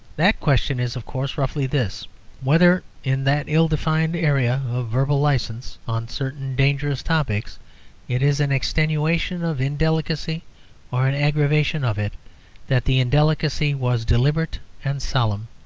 that question is, of course, roughly this whether in that ill-defined area of verbal licence on certain dangerous topics it is an extenuation of indelicacy or an aggravation of it that the indelicacy was deliberate and solemn.